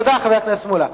תודה, חבר הכנסת מולה.